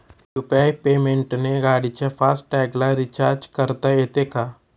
UPI पेमेंटने गाडीच्या fast टॅगला रिर्चाज करता येते का?